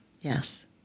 Yes